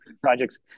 projects